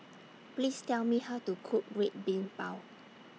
Please Tell Me How to Cook Red Bean Bao